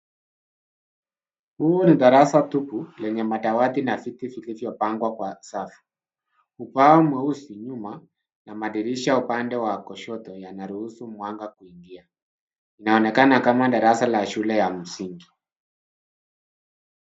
Huu ni darasa tupu lenye madawati na viti vilivyopangwa kwa safu. Ubao mweusi nyuma na madirisha upande wa kushoto yanaruhusu mwanga kuingia. Inaonekana kama darasa la shule ya msingi.